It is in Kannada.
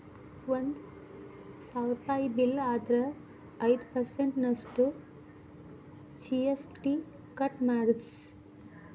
ಒಂದ್ ಸಾವ್ರುಪಯಿ ಬಿಲ್ಲ್ ಆದ್ರ ಐದ್ ಪರ್ಸನ್ಟ್ ನಷ್ಟು ಜಿ.ಎಸ್.ಟಿ ಕಟ್ ಮಾದ್ರ್ಸ್